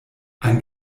ein